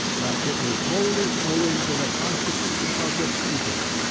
that it is wholly owing to the constitution of the people,